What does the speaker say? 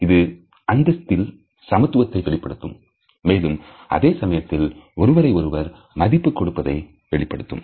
இது அந்தஸ்தில் சமத்துவத்தை வெளிப்படுத்தும் மேலும் அதே சமயத்தில் ஒருவரை ஒருவர் மதிப்பு கொடுப்பதை வெளிப்படுத்தும்